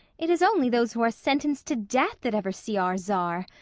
it is only those who are sentenced to death that ever see our czar.